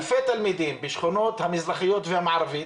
הוא אומר שלאלפי תלמידים בשכונות המזרחיות והמערבית